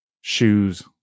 shoes